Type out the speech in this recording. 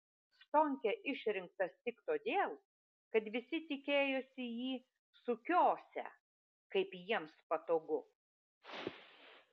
stonkė išrinktas tik todėl kad visi tikėjosi jį sukiosią kaip jiems patogu